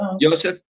Joseph